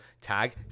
tag